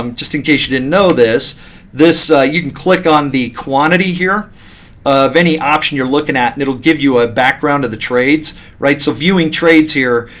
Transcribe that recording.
um just in case you didn't know this this, you can click on the quantity here of any option you're looking at, and it'll give you a background of the trades. so viewing trades here,